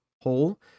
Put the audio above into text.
hole